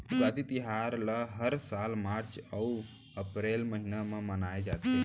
उगादी तिहार ल हर साल मार्च अउ अपरेल महिना म मनाए जाथे